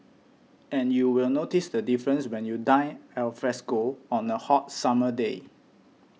and you will notice the difference when you dine alfresco on a hot summer day